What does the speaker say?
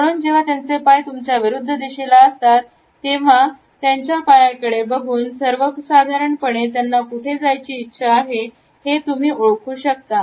म्हणून जेव्हा त्यांचे पाय तुमच्या विरुद्ध दिशेला असतात तेव्हा हा त्यांच्या पायाकडे बघून सर्वसाधारणपणे त्यांना कुठे जायची इच्छा आहे हे तुम्ही ओळखू शकता